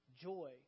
joy